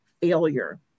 failure